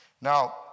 Now